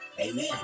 amen